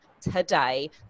Today